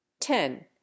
ten